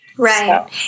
Right